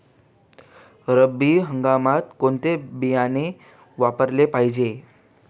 रब्बी हंगामात कोणते बियाणे वापरले पाहिजे?